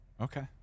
Okay